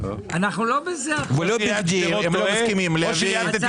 אנחנו עכשיו לא דנים בזה.